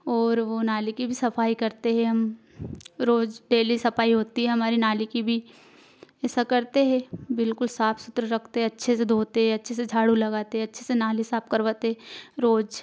और वो नाली की भी सफाई करते हैं हम रोज डेली सफाई होती है हमारी नाली की भी ऐसा करते हैं बिलकुल साफ सुथरा रखते हैं अच्छे से धोते हैं अच्छे से झाड़ू लगाते हैं अच्छे से नाली साफ करवाते हैं रोज